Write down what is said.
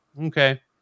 Okay